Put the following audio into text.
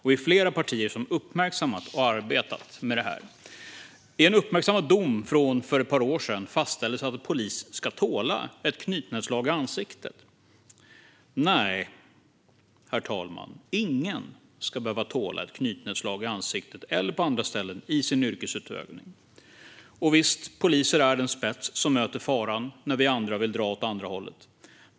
Vi är flera partier som har uppmärksammat och arbetat med detta. I en uppmärksammad dom som kom för ett par år sedan fastställdes att en polis ska tåla ett knytnävslag i ansiktet. Nej, herr talman, ingen ska behöva tåla ett knytnävslag i ansiktet eller på andra ställen i sin yrkesutövning! Visst, poliser är den spets som möter faran när vi andra vill dra åt andra hållet.